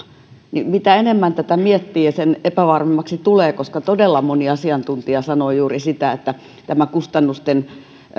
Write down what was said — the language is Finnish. mitä enemmän tätä miettii sen epävarmemmaksi tulee koska todella moni asiantuntija sanoi juuri sitä että tämä kustannusten